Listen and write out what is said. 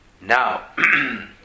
Now